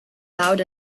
loud